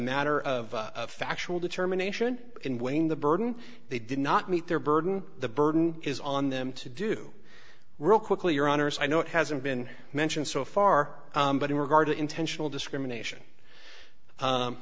matter of factual determination in wayne the burden they did not meet their burden the burden is on them to do real quickly your honors i know it hasn't been mentioned so far but in regard to intentional discrimination